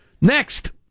Next